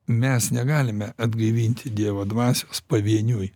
mes negalime atgaivinti dievo dvasios pavieniui